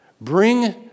Bring